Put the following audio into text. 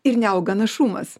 ir neauga našumas